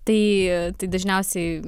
tai tai dažniausiai